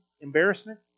embarrassment